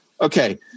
okay